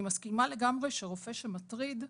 אני מסכימה לגמרי שרופא שמטריד,